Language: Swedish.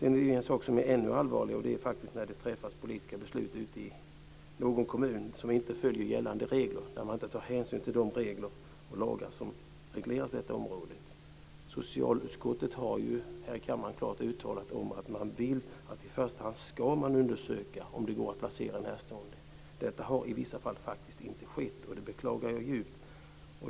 Något som är ännu allvarligare är när det i kommuner fattas politiska beslut som inte följer gällande regler, dvs. att man inte tar hänsyn till de lagar och bestämmelser som finns på detta område. Socialutskottet har till kammaren klart uttalat att det vill att man i första hand ska undersöka om placering hos närstående är möjlig. Detta har i vissa fall faktiskt inte skett, och det beklagar jag djupt.